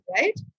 right